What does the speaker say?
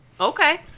Okay